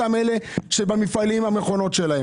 המכונות במפעלים,